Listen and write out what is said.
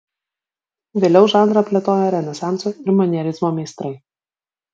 vėliau žanrą plėtojo renesanso ir manierizmo meistrai